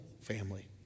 family